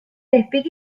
debyg